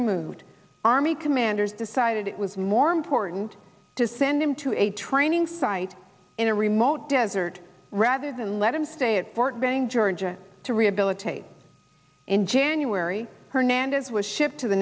removed army commanders decided it was more important to send him to a training site in a remote desert rather than let him stay at fort benning georgia to rehabilitate in january hernandez was shipped to the